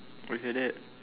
okay that